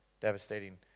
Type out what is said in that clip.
devastating